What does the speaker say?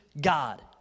God